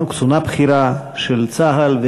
קצונה בכירה של צה"ל,